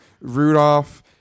Rudolph